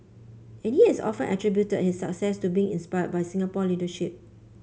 and he has often attributed its success to being inspired by Singapore leadership